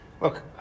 look